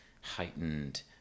heightened